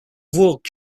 work